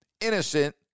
innocent